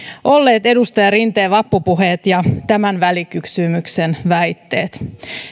olleet edustaja rinteen vappupuheet ja tämän välikysymyksen väitteet